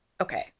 Okay